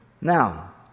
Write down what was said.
Now